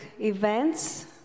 events